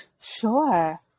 Sure